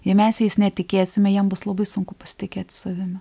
jei mes jais netikėsime jiem bus labai sunku pasitikėti savimi